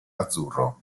azzurro